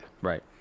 Right